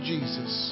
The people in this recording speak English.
Jesus